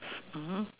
mmhmm